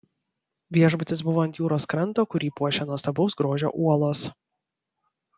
viešbutis buvo ant jūros kranto kurį puošia nuostabaus grožio uolos